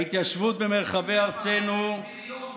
ההתיישבות במרחבי ארצנו, בריון.